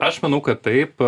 aš manau kad taip